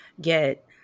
get